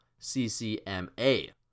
CCMA